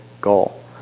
goal